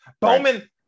Bowman